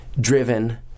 driven